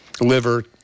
liver